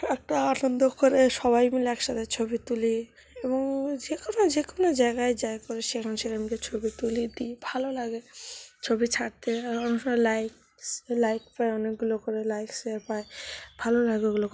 একটা আনন্দ করে সবাই মিলে একসাথে ছবি তুলি এবং যে কোনো যে কোনো জায়গায় যাই করি সেখানে সেখানে গিয়ে ছবি তুলি দিই ভালো লাগে ছবি ছাড়তে আবার অনেক সময় লাইকস লাইক পাই অনেকগুলো করে লাইক শেয়ার পাই ভালো লাগে ওগুলো